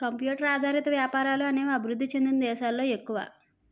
computer ఆధారిత వ్యాపారాలు అనేవి అభివృద్ధి చెందిన దేశాలలో ఎక్కువ